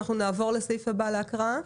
נעבור לסעיף הבא להקראה?